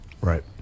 Right